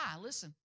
Listen